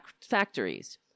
factories